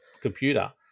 computer